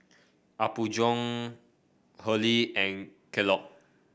Apgujeong Hurley and Kellogg